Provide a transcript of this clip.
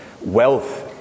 wealth